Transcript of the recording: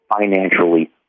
financially